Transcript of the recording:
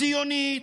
ציונית,